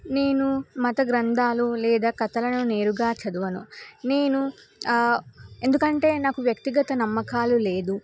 నేను మత గ్రంధాలు లేదా కథలను నేరుగా చదవను నేను ఎందుకంటే నాకు వ్యక్తిగత నమ్మకాలు లేదు